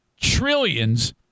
Trillions